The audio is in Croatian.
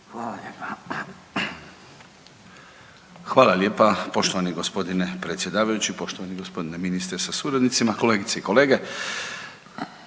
Davor (DP)** Hvala lijepa poštovani gospodine predsjedavajući. Poštovani gospodine ministre sa suradnicima, kolegice i kolege,